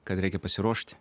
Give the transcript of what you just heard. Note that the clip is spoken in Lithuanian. kad reikia pasiruošti